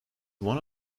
one